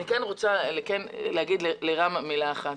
אני כן רוצה לומר לרם בן ברק מילה אחת.